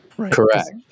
correct